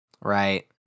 right